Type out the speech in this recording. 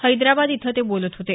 हैदराबाद इथं ते बोलत होते